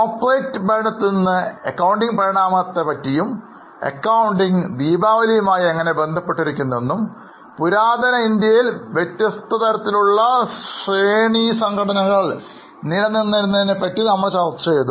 corporate ഭരണത്തിൽ നിന്ന് accounting പരിണാമത്തെ കുറിച്ചും അക്കൌണ്ടിംഗ് ദീപാവലിയും ആയി എങ്ങനെ ബന്ധപ്പെട്ടിരിക്കുന്നു എന്നും പുരാതന ഇന്ത്യയിൽ വിവിധതരത്തിലുള്ള shreni സംഘടനകൾ നിലനിന്നിരുന്നതിനെക്കുറിച്ചും നമ്മൾ ചർച്ച ചെയ്തു